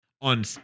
on